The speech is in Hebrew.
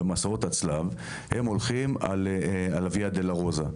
במסעות הצלב הם הולכים על הויה דולורוזה,